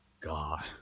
god